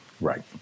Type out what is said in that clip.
Right